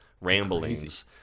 ramblings